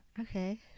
okay